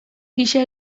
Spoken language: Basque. gisa